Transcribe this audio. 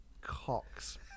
cocks